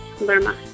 Lerma